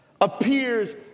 appears